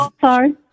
Sorry